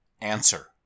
Answer